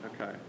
Okay